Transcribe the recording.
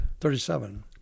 thirty-seven